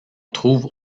trouve